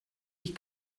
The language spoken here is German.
ich